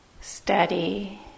steady